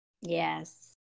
Yes